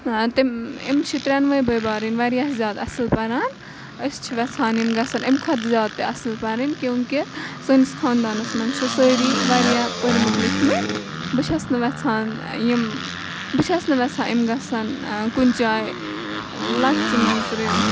تٔمۍ یِم چھِ ترٛٮ۪نوٕے بٲے بارٕنۍ واریاہ زیادٕ اَصٕل پَران أسۍ چھِ وٮ۪ژھان یِم گژھن امہِ کھۄتہٕ زیادٕ تہِ اَصٕل پَرٕنۍ کیونٛکہِ سٲنِس خاندانَس منٛز چھِ سٲری واریاہ پٔرۍمٕتۍ لیکھمٕتۍ بہٕ چھَس نہٕ وٮ۪ژھان یِم بہٕ چھَس نہٕ وٮ۪ژھان یِم گژھن کُنہِ جاے لَکچہِ نظرِ